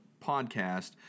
podcast